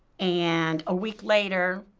and a week later,